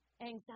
anxiety